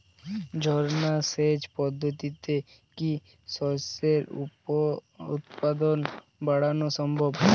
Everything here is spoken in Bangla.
ঝর্না সেচ পদ্ধতিতে কি শস্যের উৎপাদন বাড়ানো সম্ভব?